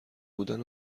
بودن